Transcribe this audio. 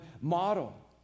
model